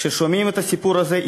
כששומעים את הסיפור הזה,